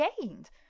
gained